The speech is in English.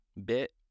bit